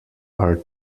are